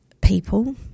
people